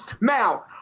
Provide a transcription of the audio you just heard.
Now